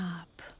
up